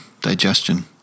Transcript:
digestion